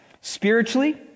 Spiritually